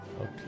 Okay